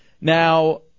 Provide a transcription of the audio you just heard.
Now